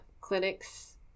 clinics